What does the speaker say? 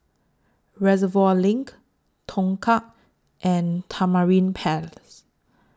Reservoir LINK Tongkang and Tamarind Palace